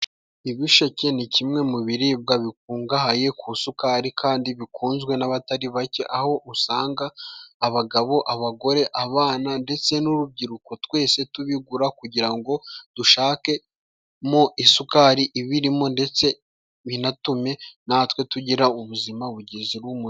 Ibisheke ni kimwe mu biribwa bikungahaye ku isukari, kandi bikunzwe n'abatari bake, aho usanga abagabo, abagore, abana ndetse n'urubyiruko, twese tubigura kugira ngo dushakemo isukari ibirimo, ndetse binatume natwe tugira ubuzima buzira umuze.